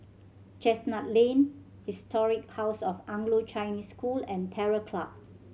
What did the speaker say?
Chestnut Lane Historic House of Anglo Chinese School and Terror Club